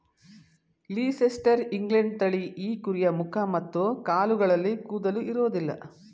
Leicester England ತಳಿ ಈ ಕುರಿಯ ಮುಖ ಮತ್ತು ಕಾಲುಗಳಲ್ಲಿ ಕೂದಲು ಇರೋದಿಲ್ಲ